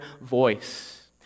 voice